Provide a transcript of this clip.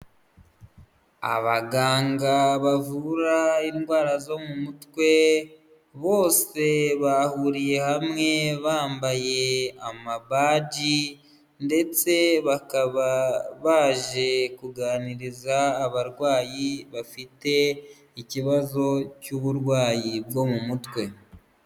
Abaganga bavura indwara zo mu mutwe bose bahuriye hamwe bambaye amabaji, ndetse bakaba baje kuganiriza abarwayi bafite ikibazo cy'uburwayi bwo mu mutwe.